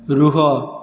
ରୁହ